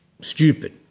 Stupid